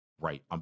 right